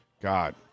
God